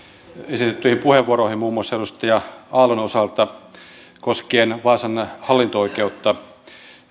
esitettyihin puheenvuoroihin muun muassa edustaja aallon osalta koskien vaasan hallinto oikeutta